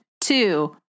Two